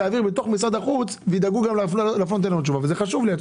היא תעביר במשרד החוץ וידאגו לתת לנו תשובה וזה חשוב לי.